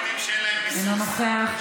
אינו נוכח,